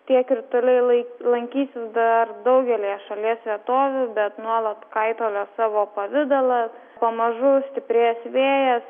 tie krituliai lai lankysis dar daugelyje šalies vietovių bet nuolat kaitalios savo pavidalą pamažu stiprės vėjas